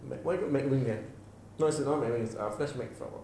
like white mcwing eh no it's another mcwing is fresh mcflowers